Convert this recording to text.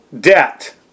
debt